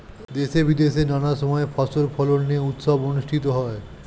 দেশে বিদেশে নানা সময় ফসল ফলন নিয়ে উৎসব অনুষ্ঠিত হয়